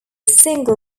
single